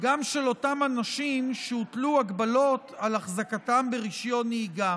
גם של אותם אנשים שהוטלו הגבלות על החזקתם ברישיון נהיגה.